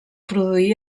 produí